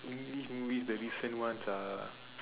English movies the recent ones are